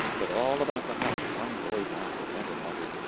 but all about the house one voice after another muttered,